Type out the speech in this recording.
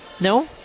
No